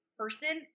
person